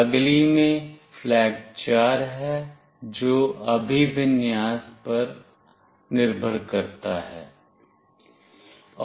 अगली में flag 4 है जो अभिविन्यास पर निर्भर करता है